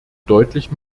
deutlich